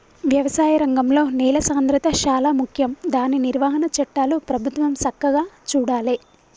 వ్యవసాయ రంగంలో నేల సాంద్రత శాలా ముఖ్యం దాని నిర్వహణ చట్టాలు ప్రభుత్వం సక్కగా చూడాలే